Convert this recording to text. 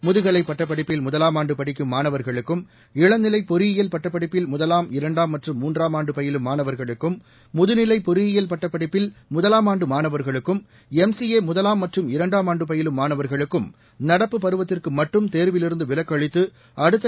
முதுகலை பட்டப்படிப்பில் முதலாம் ஆண்டு படிக்கும் மாணவர்களுக்கும் இளநிலை பொறியியல் பட்டப்படிப்பில் முதலாம் இரண்டாம் மற்றும் மூன்றாம் ஆண்டு பயிலும் மாணவர்களுக்கும் முதுநிலை பொறியியல் பட்டப்படிப்பில் முதலாம் ஆண்டு மாணவர்களுக்கும் எம் சி ஏ முதலாம் மற்றும் இரண்டாம் ஆண்டு பயிலும் மாணவர்களுக்கும் நடப்பு பருவத்திற்கு மட்டும் தோவிலிருந்து விலக்கு அளித்து அடுத்த கல்வி ஆண்டிற்குச் செல்ல அனுமதிக்கப்பட்டுள்ளனர்